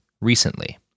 recently